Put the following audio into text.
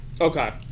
okay